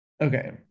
Okay